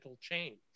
change